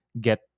get